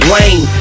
Wayne